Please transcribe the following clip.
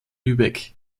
lübeck